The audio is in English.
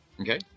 Okay